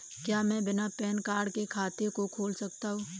क्या मैं बिना पैन कार्ड के खाते को खोल सकता हूँ?